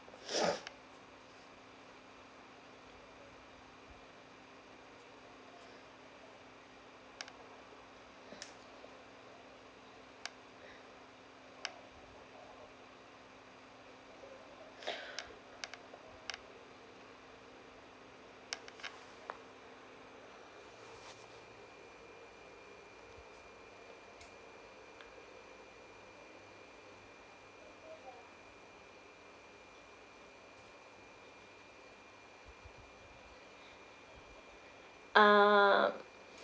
uh